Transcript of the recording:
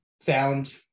found